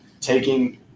taking